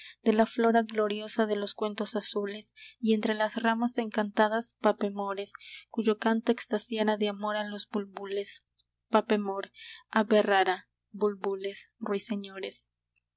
de la flora gloriosa de los cuentos azules y entre las ramas encantadas papemores cuyo canto extasiara de amor a los bulbules papemor ave rara bulbules ruiseñores mi alma frágil se